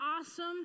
awesome